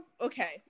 okay